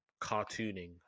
cartooning